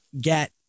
get